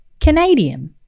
Canadian